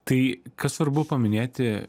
tai ką svarbu paminėti